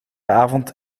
avond